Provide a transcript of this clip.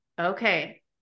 Okay